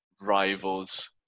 rivals